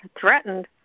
threatened